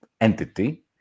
entity